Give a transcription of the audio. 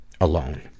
alone